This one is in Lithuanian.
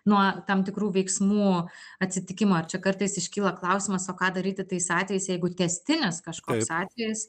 nuo tam tikrų veiksmų atsitikimo ir čia kartais iškyla klausimas o ką daryti tais atvejais jeigu tęstinis kažkoks atvejis